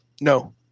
No